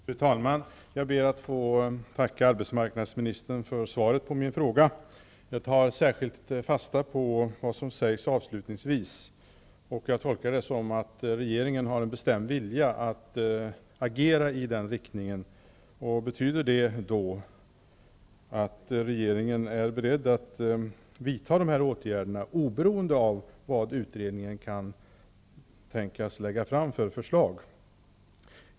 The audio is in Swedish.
Fru talman! Jag ber att få tacka arbetsmarknadsministern för svaret på min fråga. Jag tar särskilt fasta på det som han sade avslutningsvis. Jag tolkar det som att regeringen har en bestämd vilja att agera i den riktningen. Betyder det att regeringen är beredd att vidta dessa åtgärder oberoende av vilket förslag utredningen kan tänkas lägga fram?